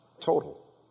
Total